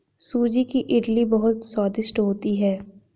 सूजी की इडली बहुत स्वादिष्ट होती है